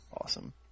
Awesome